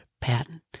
patent